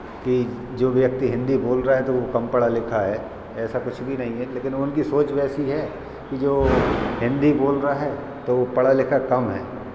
कि जो व्यक्ति हिन्दी बोल रहा है तो वो कम पढ़ा लिखा है ऐसा कुछ भी नहीं है लेकिन उनकी सोच वैसी है कि जो हिन्दी बोल रहा है तो वो पढ़ा लिखा कम है